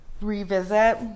revisit